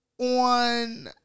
on